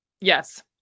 Yes